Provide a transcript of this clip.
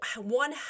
one